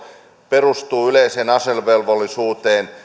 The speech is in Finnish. perustuu yleiseen asevelvollisuuteen